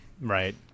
right